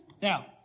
Now